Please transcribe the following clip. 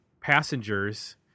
Passengers